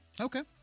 okay